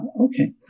Okay